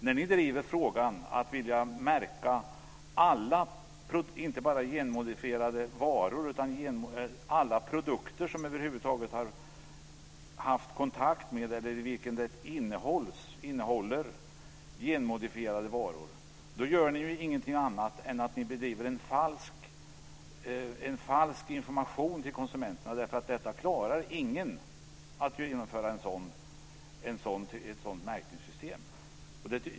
När ni driver frågan att vilja märka inte bara genmodifierade varor utan alla produkter som över huvud taget har haft kontakt med eller som innehåller genmodifierade varor då gör ni ingenting annat än att bedriva en falsk information till konsumenterna, eftersom ingen klarar att genomföra ett sådant märkningssystem.